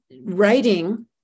writing